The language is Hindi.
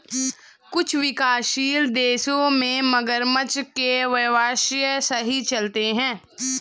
कुछ विकासशील देशों में मगरमच्छ के व्यवसाय सही चलते हैं